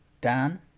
Dan